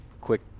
quick